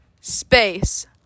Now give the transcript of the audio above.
space